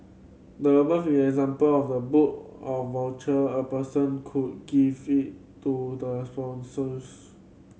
the above is example of the book of voucher a person could give it to the spouses